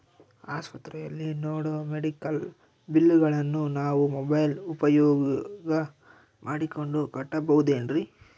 ಆಸ್ಪತ್ರೆಯಲ್ಲಿ ನೇಡೋ ಮೆಡಿಕಲ್ ಬಿಲ್ಲುಗಳನ್ನು ನಾವು ಮೋಬ್ಯೆಲ್ ಉಪಯೋಗ ಮಾಡಿಕೊಂಡು ಕಟ್ಟಬಹುದೇನ್ರಿ?